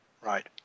Right